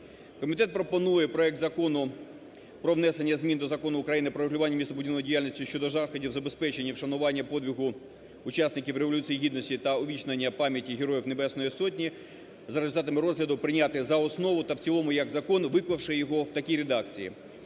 Комітет пропонує проект Закону про внесення змін до Закону України "Про врегулювання містобудівної діяльності" щодо заходів забезпечення вшанування подвигу учасників Революції Гідності та увічнення пам'яті Героїв Небесної Сотні за результатами розгляду прийняти за основу та в цілому як закон, виклавши його в такій редакції.